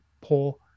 poor